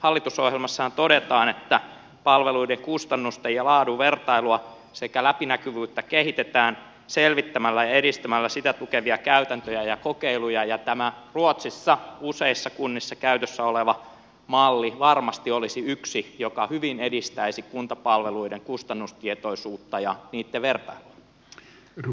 hallitusohjelmassahan todetaan että palveluiden kustannusten ja laadun vertailua sekä läpinäkyvyyttä kehitetään selvittämällä ja edistämällä sitä tukevia käytäntöjä ja kokeiluja ja tämä ruotsissa useissa kunnissa käytössä oleva malli varmasti olisi yksi joka hyvin edistäisi kuntapalveluiden kustannustietoisuutta ja niitten vertailua